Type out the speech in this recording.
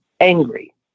angry